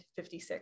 56